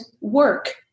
work